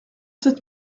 sept